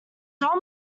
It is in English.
don